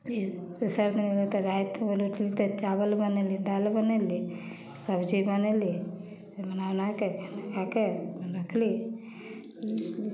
ई दोसर दिन भऽ कऽ रातिमे रोटी फेर चावल बनेली दालि बनेली सब्जी बनेली बना उनाके नहाके रखली